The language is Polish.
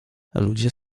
ludzie